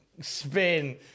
spin